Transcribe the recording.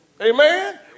Amen